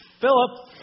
Philip